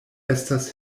estas